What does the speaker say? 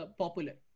popular